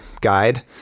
guide